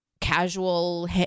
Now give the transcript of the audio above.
casual